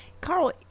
Carl